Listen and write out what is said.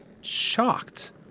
shocked